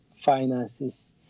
finances